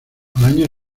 año